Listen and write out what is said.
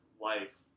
life